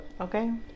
Okay